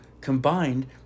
Combined